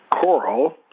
coral